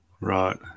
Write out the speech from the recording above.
Right